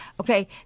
okay